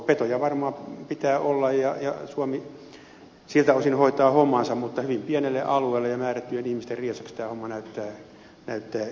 petoja varmaan pitää olla ja suomi siltä osin hoitaa hommansa mutta hyvin pienelle alueelle ja määrättyjen ihmisten riesaksi tämä homma näyttää keskittyvän